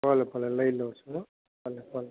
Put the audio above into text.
ભલે ભલે લઈ લઉં છું હો ભલે ભલે